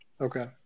Okay